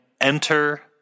enter